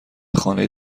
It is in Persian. خانه